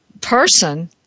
person